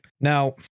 now